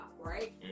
right